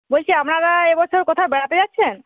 বলছি আপনারা এবছর কোথাও বেড়াতে যাচ্ছেন